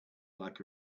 like